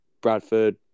Bradford